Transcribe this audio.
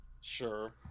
Sure